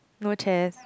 no chairs